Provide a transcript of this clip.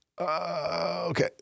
okay